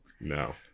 No